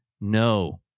no